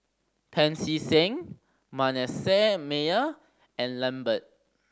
Pancy Seng Manasseh Meyer and Lambert